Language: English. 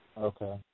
Okay